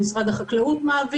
לחקלאות.